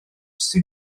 sydd